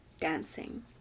dancing